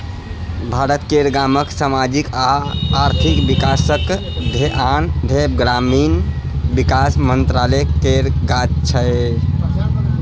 भारत केर गामक समाजिक आ आर्थिक बिकासक धेआन देब ग्रामीण बिकास मंत्रालय केर काज छै